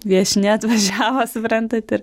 viešnia atvažiavo suprantat ir